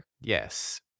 yes